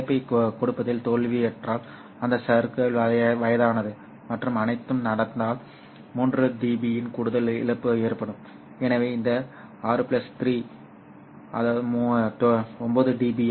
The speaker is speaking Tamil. இழப்பைக் கொடுப்பதில் தோல்வியுற்றால் அந்த சறுக்கல் வயதானது மற்றும் அனைத்தும் நடந்தால் 3 dBயின் கூடுதல் இழப்பு ஏற்படும் எனவே இந்த 6 3 9 dB